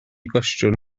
gwestiwn